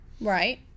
Right